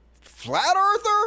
flat-earther